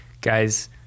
Guys